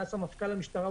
היה סמפכ"ל המשטרה,